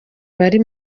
bari